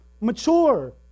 Mature